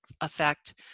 effect